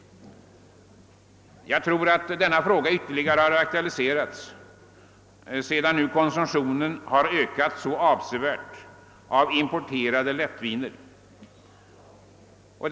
Denna fråga har ytterligare aktualiserats sedan konsumtionen av importerade lättviner nu har ökat så avsevärt.